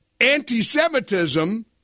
anti-Semitism